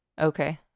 okay